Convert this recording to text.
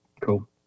Cool